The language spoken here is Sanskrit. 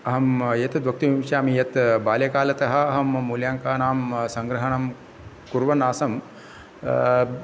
अहं एतत् वक्तुमिच्छामि यत् बाल्यकालतः अहं मूल्याङ्कानां सङग्रहणं कुर्वन्नासं